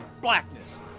blackness